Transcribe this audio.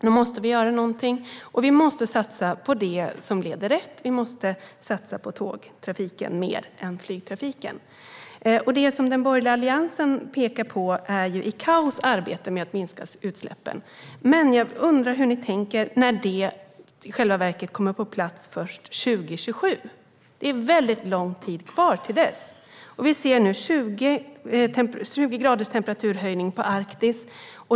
Då måste vi göra någonting, och vi måste satsa på det som leder rätt. Vi måste satsa mer på tågtrafiken än på flygtrafiken. Det som Alliansen pekar på är ICAO:s arbete med att minska utsläppen. Men jag undrar hur ni tänker när detta i själva verket kommer på plats först 2027. Det är väldigt lång tid kvar till dess. Vi ser nu 20 graders temperaturhöjning i Arktis.